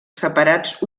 separats